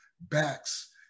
backs